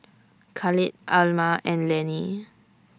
Khalid Alma and Lanny